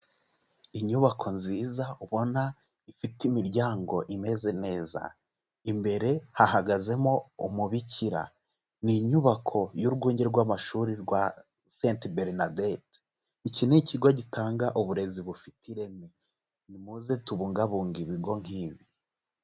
Inyubako nziza ubona ifite imiryango imeze neza, imbere hahagazemo umubikira, ni inyubako y'urwunge rw'amashuri rwa Sainte Bernadette, iki ni ikigo gitanga uburezi bufite ireme. Nimuze tubungabunge ibigo nk'ibi.